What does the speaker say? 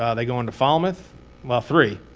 ah they go into falmouth well, three.